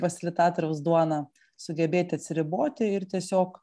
fasilitatoriaus duona sugebėti atsiriboti ir tiesiog